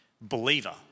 believer